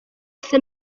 wese